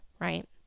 right